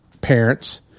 parents